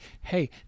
hey